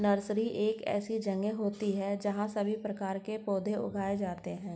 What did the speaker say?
nursery एक ऐसी जगह होती है जहां सभी प्रकार के पौधे उगाए जाते हैं